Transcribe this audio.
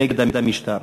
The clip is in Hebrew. נגד המשטר.